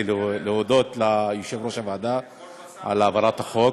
להודות ליושב-ראש הוועדה על העברת החוק.